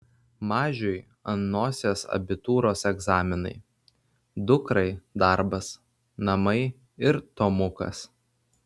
mažiui ant nosies abitūros egzaminai dukrai darbas namai ir tomukas